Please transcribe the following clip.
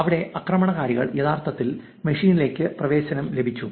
ഇവിടെ ആക്രമണകാരികൾക്ക് യഥാർത്ഥത്തിൽ മെഷീനിലേക്ക് പ്രവേശനം ലഭിക്കും